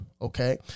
Okay